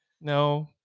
No